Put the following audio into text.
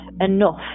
enough